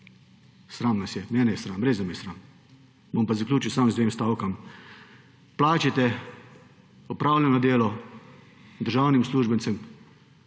sram nas je. Mene je sram, res da me je sram. Bom pa zaključil samo z dvema stavkoma. Plačajte opravljeno delo državnim uslužbencem,